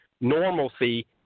normalcy